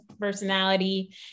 personality